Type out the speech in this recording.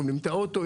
גונבים את האוטו.